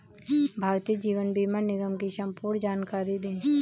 भारतीय जीवन बीमा निगम की संपूर्ण जानकारी दें?